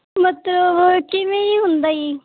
ਮਤਲਬ ਕਿਵੇਂ ਜੀ ਹੁੰਦਾ ਜੀ